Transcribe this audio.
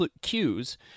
cues